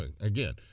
again